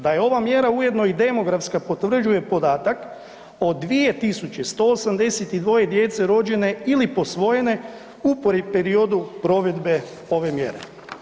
Da je ova mjera ujedno i demografska potvrđuje podatak o 2.182 djece rođene ili posvojene u periodu provedbe ove mjere.